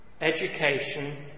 education